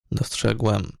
dostrzegłem